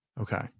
Okay